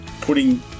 putting